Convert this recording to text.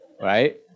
right